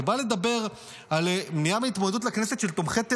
שבא לדבר על מניעת התמודדות לכנסת של תומכי טרור,